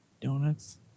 donuts